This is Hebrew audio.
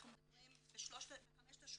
אנחנו מדברים על חמשת השכונות,